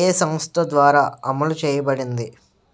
ఏ సంస్థ ద్వారా అమలు చేయబడింది?